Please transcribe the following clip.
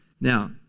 now